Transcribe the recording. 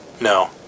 No